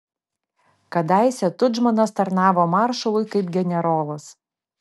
kadaise tudžmanas tarnavo maršalui kaip generolas